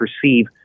perceive